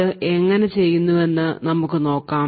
ഇത് എങ്ങനെ ചെയ്യുന്നുവെന്ന് നമുക്ക് നോക്കാം